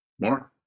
more